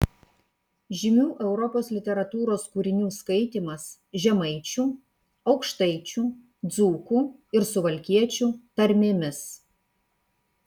žymių europos literatūros kūrinių skaitymas žemaičių aukštaičių dzūkų ir suvalkiečių tarmėmis